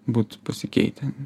būt pasikeitę